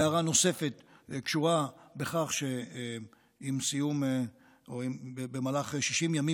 הערה נוספת קשורה בכך שעם הסיום, או במהלך 60 ימים